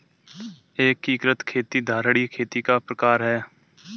एकीकृत खेती धारणीय खेती का प्रकार है